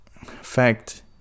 fact